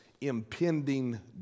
impending